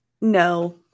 No